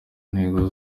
ntego